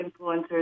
influencers